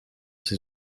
ces